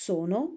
Sono